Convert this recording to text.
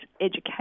education